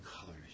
colors